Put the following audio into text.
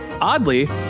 Oddly